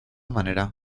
manera